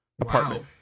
apartment